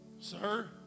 Sir